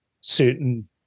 certain